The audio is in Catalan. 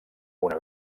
una